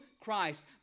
Christ